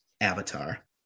Avatar